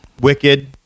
Wicked